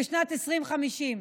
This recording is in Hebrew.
בשנת 2050: